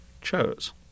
chose